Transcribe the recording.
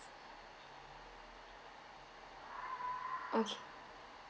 okay